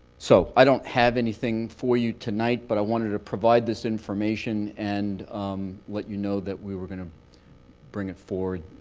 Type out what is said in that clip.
so i don't have anything for you tonight. but i wanted to provide this information and let you know that we were going to bring it forward